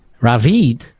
Ravid